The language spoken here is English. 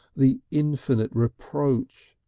the infinite reproach!